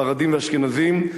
ספרדים ואשכנזים,